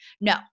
No